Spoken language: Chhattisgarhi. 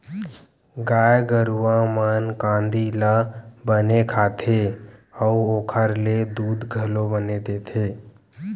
गाय गरूवा मन कांदी ल बने खाथे अउ ओखर ले दूद घलो बने देथे